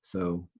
so,